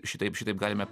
šitaip šitaip galime